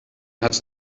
hat